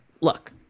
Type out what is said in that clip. look